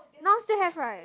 now still have right